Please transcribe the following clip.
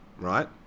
right